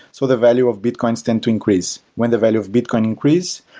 so the value of bitcoins tend to increase. when the value of bitcoin increase,